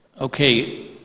okay